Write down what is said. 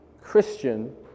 Christian